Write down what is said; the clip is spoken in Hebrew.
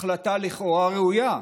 החלטה לכאורה ראויה,